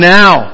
now